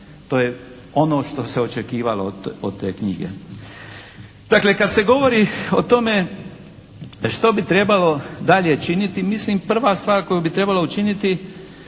To je ono što se očekivalo od te knjige. Dakle kad se govori o tome što bi trebalo dalje činiti mislim prva stvar koju bi trebalo učiniti